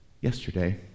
Yesterday